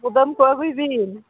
ᱠᱩᱫᱚᱢᱠᱚ ᱟᱹᱜᱤᱭᱵᱤᱱ